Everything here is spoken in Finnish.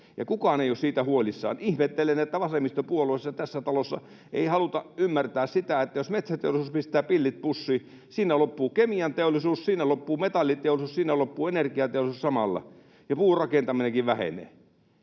kukaan ei ole siitä huolissaan. Ihmettelen, että vasemmistopuolueissa ei tässä talossa haluta ymmärtää sitä, että jos metsäteollisuus pistää pillit pussiin, siinä loppuu kemianteollisuus, siinä loppuu metalliteollisuus, siinä loppuu energiateollisuus samalla ja puurakentaminenkin vähenee.